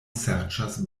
serĉas